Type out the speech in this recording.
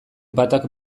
batak